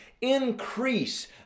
Increase